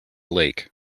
lake